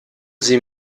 sie